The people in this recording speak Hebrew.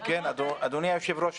אדוני היושב-ראש,